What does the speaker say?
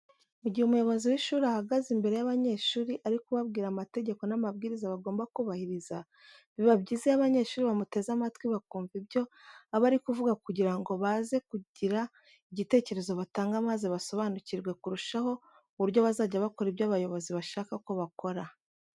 Mu gihe umuyobozi w'ishuri ahagaze imbere y'abanyeshuri ari kubabwira amategeko n'amabwiriza bagomba kubahiriza, biba byiza iyo abanyeshuri bamuteze amatwi bakumva ibyo aba ari kuvuga kugira ngo baze kugira igitekerezo batanga maze basobanukirwe kurushaho uburyo bazajya bakora ibyo abayobozi bashaka ko bakora.